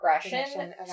progression